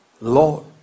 Lord